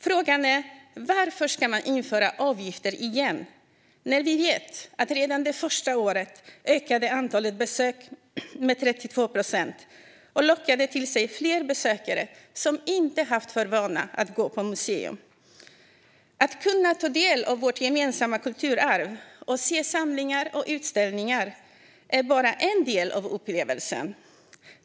Frågan är varför man ska införa avgifter igen när vi vet att antalet besök ökade med 32 procent redan det första året. Man lockade till sig fler besökare som inte haft för vana att gå på museum. Att kunna ta del av vårt gemensamma kulturarv och se samlingar och utställningar är bara en del av upplevelsen.